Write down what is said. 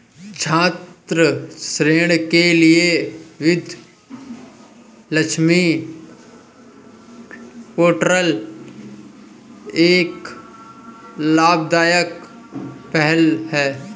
छात्र ऋण के लिए विद्या लक्ष्मी पोर्टल एक लाभदायक पहल है